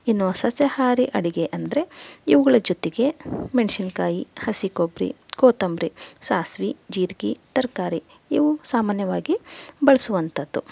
ಇನ್ನು ಸಸ್ಯಾಹಾರಿ ಅಡಿಗೆ ಅಂದರೆ ಇವುಗಳ ಜೊತೆಗೆ ಮೆಣಸಿನಕಾಯಿ ಹಸಿ ಕೊಬ್ಬರಿ ಕೊತ್ತಂಬರಿ ಸಾಸಿವೆ ಜೀರಿಗೆ ತರಕಾರಿ ಇವು ಸಾಮಾನ್ಯವಾಗಿ ಬಳಸುವಂಥದ್ದು